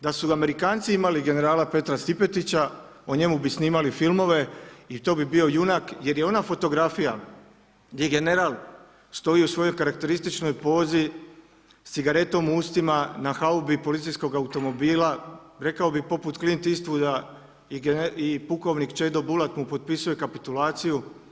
Da su Amerikanci imali generala Petra Stipetića o njemu bi snimali filmove i to bi bio junak jer je ona fotografija gdje general stoji u svojoj karakterističnoj pozi s cigaretom u ustima na haubi policijskog automobila rekao bih poput Clint Eastwooda i pukovnik Čedo Bulat mu potpisuje kapitulaciju.